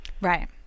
Right